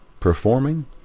performing